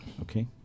Okay